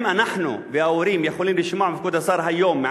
האם אנחנו וההורים יכולים לשמוע מכבוד השר היום,